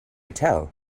tell